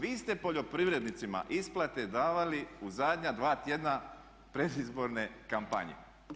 Vi ste poljoprivrednicima isplate davali u zadnja dva tjedna predizborne kampanje.